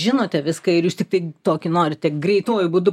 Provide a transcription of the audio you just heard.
žinote viską ir jūs tiktai tokį norite greituoju būdu